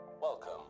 Welcome